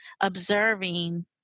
observing